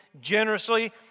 generously